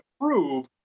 prove